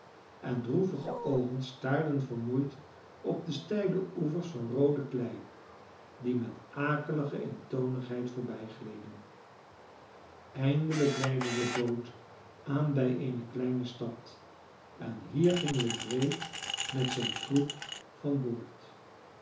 en droevige oogen staarden vermoeid op de steile oevers van roode klei die met akelige eentonigheid voorbijgleden eindelijk leide de boot aan bij eene kleine stad en hier ging legree met zijn troep van boord